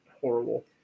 horrible